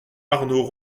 arnaud